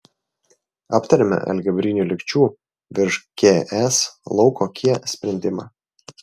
aptarėme algebrinių lygčių virš ks lauko k sprendimą